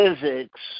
physics